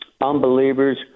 unbelievers